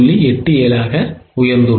87 ஆக உயர்ந்துள்ளது